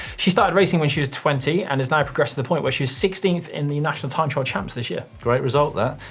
she started racing when she was twenty, and has now progressed to the point where she was sixteenth in the national time trial champs this year. great result, that.